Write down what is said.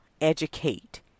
educate